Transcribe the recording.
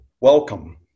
welcome